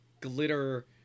glitter